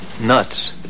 nuts